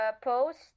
post